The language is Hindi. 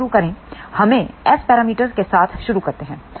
हमें एस पैरामीटर्स के साथ शुरू करते हैं